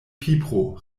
pipro